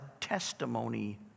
testimony